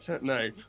No